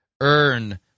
earn